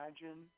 imagine